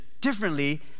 differently